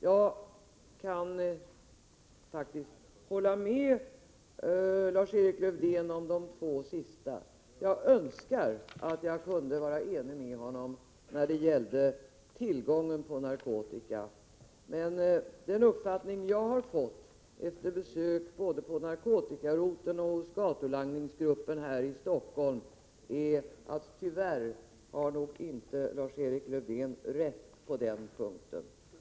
Jag kan faktiskt instämma med Lars-Erik Lövdén i de två sistnämnda avseendena. Jag önskar att jag kunde vara enig med honom när det gäller tillgången på narkotika, men den uppfattning som jag har fått efter besök både på narkotikaroteln och hos gatulangningsgruppen här i Stockholm är att Lars-Erik Lövdén tyvärr nog inte har rätt på den punkten.